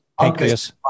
Pancreas